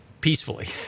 peacefully